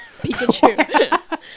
Pikachu